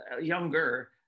younger